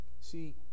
See